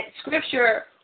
scripture